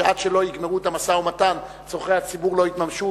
שעד שלא יגמרו את המשא-ומתן צורכי הציבור לא יתממשו,